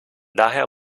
daher